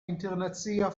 internacia